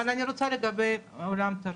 אבל אני רוצה לגבי עולם התרבות.